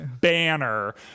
Banner